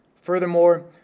Furthermore